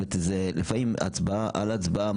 זה לפעמים הצבעה על הצבעה,